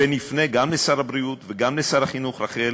ונפנה גם לשר הבריאות וגם לשר החינוך, רחל,